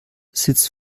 sitzt